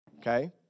okay